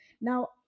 Now